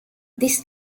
this